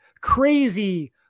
crazy